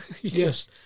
Yes